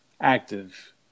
active